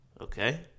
Okay